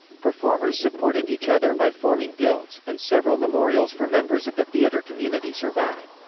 performers supported each other by forming guilds, and several memorials for members of the theatre community survive.